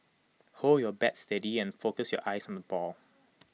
hold your bat steady and focus your eyes on the ball